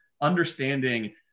understanding